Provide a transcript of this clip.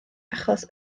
achos